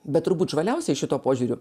bet turbūt žvaliausiai šituo požiūriu